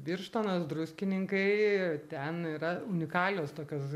birštonas druskininkai ten yra unikalios tokios